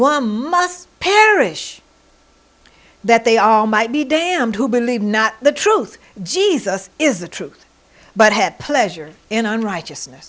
perish that they all might be damned who believed not the truth jesus is the truth but had pleasure in unrighteousness